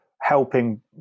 helping